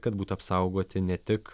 kad būtų apsaugoti ne tik